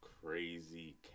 crazy